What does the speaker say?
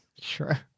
Sure